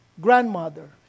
grandmother